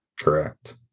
Correct